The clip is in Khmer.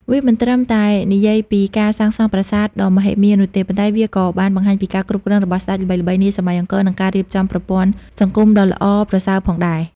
វាមិនត្រឹមតែនិយាយពីការសាងសង់ប្រាសាទដ៏មហិមានោះទេ ប៉ុន្តែវាក៏បានបង្ហាញពីការគ្រប់គ្រងរបស់ស្ដេចល្បីៗនាសម័យអង្គរ និងការរៀបចំប្រព័ន្ធសង្គមដ៏ល្អប្រសើរផងដែរ។